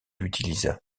utilisa